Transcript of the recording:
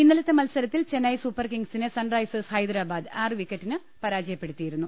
ഇന്നലത്തെ മത്സരത്തിൽ ചെന്നൈ സൂപ്പർ കിംഗ്സിനെ സൺറൈസേഴ് സ് ഹൈദരാബാദ് ആറ് വിക്കറ്റിന് പരാജയപ്പെടുത്തിയിരുന്നു